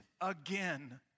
again